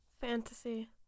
Fantasy